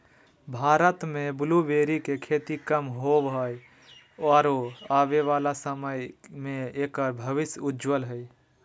भारत में ब्लूबेरी के खेती कम होवअ हई आरो आबे वाला समय में एकर भविष्य उज्ज्वल हई